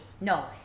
no